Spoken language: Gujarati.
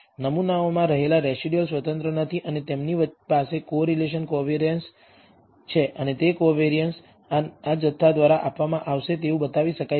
નમૂનાઓમાં રહેલા રેસિડયુઅલ સ્વતંત્ર નથી અને તેમની પાસે કોરિલેશન કોવેરિઅન્સ છે અને તે કોવેરિઅન્સઆ જથ્થા દ્વારા આપવામાં આવશે તેવું બતાવી શકાય છે